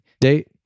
date